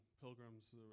pilgrims